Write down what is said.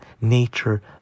nature